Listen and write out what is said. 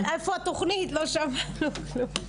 אבל איפה התוכנית, לא שמענו כלום.